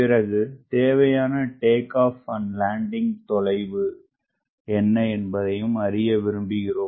பிறகுதேவையான take off and landing தொலைவு என்ன என்பதையும் அறிய விரும்புகிறோம்